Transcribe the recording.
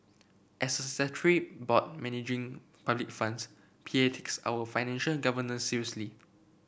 as a statutory board managing public funds P A takes our financial governance seriously